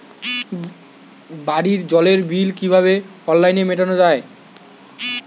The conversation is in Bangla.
বাড়ির জলের বিল কিভাবে অনলাইনে মেটানো যায়?